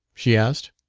she asked.